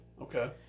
Okay